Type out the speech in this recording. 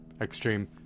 extreme